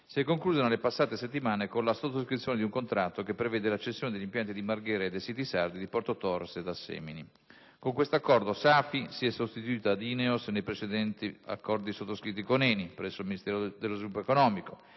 si è conclusa nelle passate settimane con la sottoscrizione di un contratto che prevede la cessione degli impianti di Marghera e dei siti sardi di Porto Torres ed Assemini. Con questo accordo SAFI si è sostituita ad Ineos nei preesistenti accordi sottoscritti con ENI presso il Ministero dello sviluppo economico,